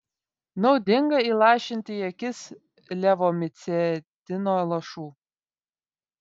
naudinga įlašinti į akis levomicetino lašų